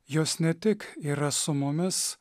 jos ne tik yra su mumis